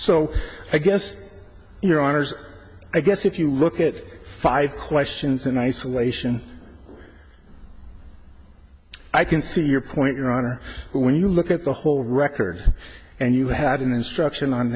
so i guess your honors i guess if you look at five questions in isolation i can see your point your honor when you look at the whole record and you had an instruction on